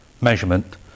measurement